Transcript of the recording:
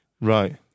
Right